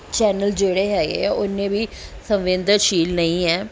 channel ਜਿਹੜੇ ਹੈਗੇ ਹੈ ਉਹ ਐਨੇ ਵੀ ਸੰਵੇਦਨਸ਼ੀਲ ਨਹੀਂ ਹੈ